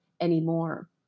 anymore